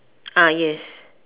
ah yes